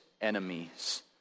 enemies